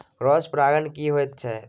Cross परागण की होयत छै?